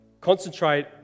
Concentrate